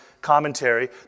commentary